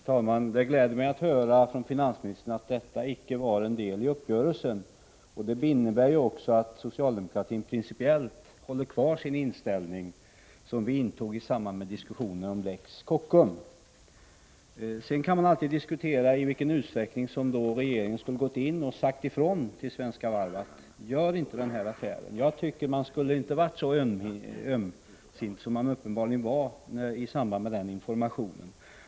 Herr talman! Det gläder mig att höra från finansministern att detta icke var en del av uppgörelsen. Det innebär ju också att socialdemokratin står fast vid den principiella inställning som vi intog i samband med diskussionerna om lex Kockum. Sedan kan man alltid diskutera i vilken utsträckning regeringen skulle ha gått in och sagt ifrån till Svenska Varv: Gör inte den här affären! Jag tycker att man inte borde ha varit så ömsint som man uppenbarligen var i samband med den informationen.